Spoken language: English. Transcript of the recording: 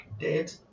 dead